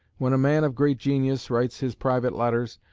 when a man of great genius writes his private letters,